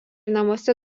namuose